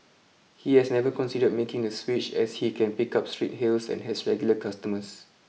he has never considered making the switch as he can pick up street hails and has regular customers